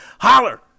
Holler